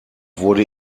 wurde